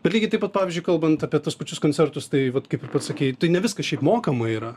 bet lygiai taip pat pavyzdžiui kalbant apie tuos pačius koncertus tai vat kaip ir pats sakei tai ne viskas šiaip mokama yra